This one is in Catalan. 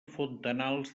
fontanals